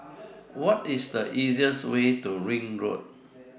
What IS The easiest Way to Ring Road